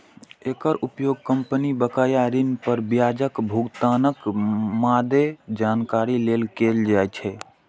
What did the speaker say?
एकर उपयोग कंपनी बकाया ऋण पर ब्याजक भुगतानक मादे जानकारी लेल कैल जाइ छै